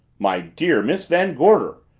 my dear miss van gorder,